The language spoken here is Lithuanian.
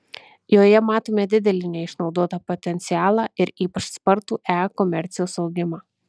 joje matome didelį neišnaudotą potencialą ir ypač spartų e komercijos augimą